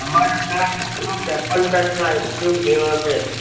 અમારે ત્યાં એકસો ત્રેપન જાતના આઇસક્રીમ ફ્લેવર છે